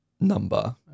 number